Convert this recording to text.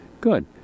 good